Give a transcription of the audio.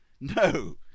No